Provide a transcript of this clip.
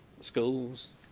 schools